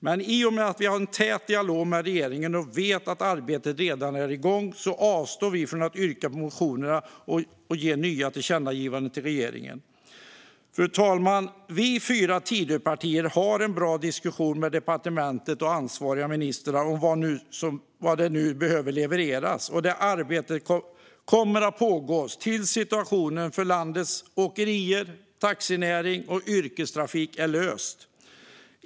Men i och med att vi har en tät dialog med regeringen och vet att arbetet redan är igång avstår vi alltså från att yrka bifall till motionerna och ge nya tillkännagivanden. Fru talman! Vi fyra Tidöpartier har en bra diskussion med departementet och·ansvariga ministrar om vad som nu behöver levereras, och det arbetet kommer att pågå tills situationen för landets åkerier, taxinäring och yrkestrafik är löst.